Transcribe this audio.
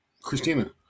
Christina